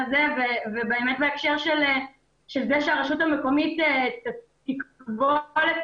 ובהקשר של זה שהרשות המקומית תכבול את